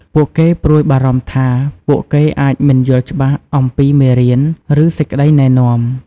ពួកគេព្រួយបារម្ភថា ពួកគេអាចមិនយល់ច្បាស់អំពីមេរៀន ឬសេចក្តីណែនាំ។